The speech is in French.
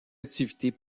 activités